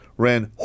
ran